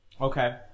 Okay